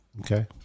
Okay